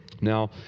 Now